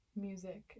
music